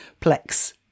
Plex